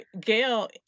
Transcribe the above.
Gail